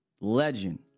legend